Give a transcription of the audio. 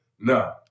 No